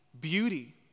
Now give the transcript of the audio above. beauty